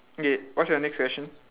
okay what's your next question